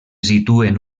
situen